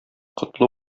котлы